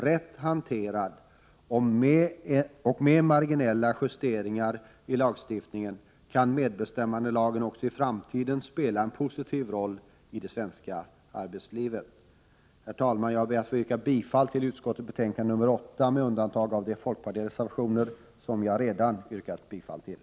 Rätt hanterad och med marginella justeringar i lagstiftningen kan medbestämmandelagen också i framtiden spela en positiv roll i det svenska arbetslivet. Herr talman! Jag ber att få yrka bifall till hemställan i utskottets betänkande nr 8 med undantag av de folkpartireservationer som jag har yrkat bifall till.